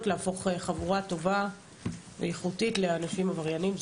נהפוך חבורה טובה ואיכותית לאנשים עברייניים,